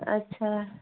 अच्छा